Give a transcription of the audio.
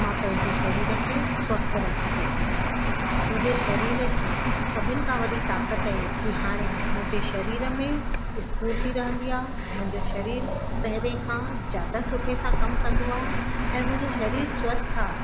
मां पंहिंजे शरीर खे स्वस्थ रखी सघी आहियां मुंहिंजे शरीर जी सभिनि खां वॾी ताक़त ऐं कि हाणे मुंहिंजे शरीर में स्फुर्ती रहंदी आहे मुंहिंजो शरीर पहिरें खां ज्यादा सुठे सां कमु कंदो आहे ऐं मुंहिंजो शरीर स्वस्थ आहे